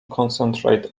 concentrate